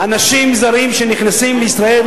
אנשים זרים שנכנסים לישראל,